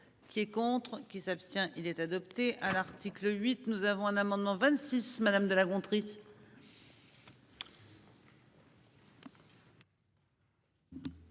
Qui est contre qui s'abstient il est adopté à l'article 8, nous avons un amendement 26 madame de La Gontrie.